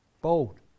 Bold